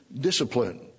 discipline